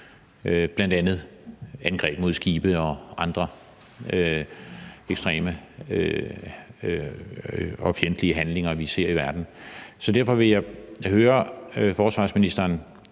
bl.a. angreb mod skibe og andre ekstreme og fjendtlige handlinger, vi ser i verden. Så derfor vil jeg høre forsvarsministeren: